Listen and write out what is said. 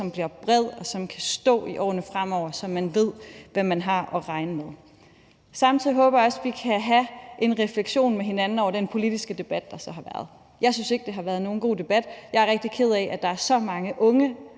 som bliver bred, og som kan stå i årene fremover, så man ved, hvad man har at regne med. Samtidig håber jeg også, at vi kan have en refleksion med hinanden over den politiske debat, der så har været. Jeg synes ikke, det har været nogen god debat. Jeg er rigtig ked af, at der er så mange unge